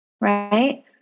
right